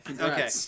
Okay